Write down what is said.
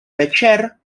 večer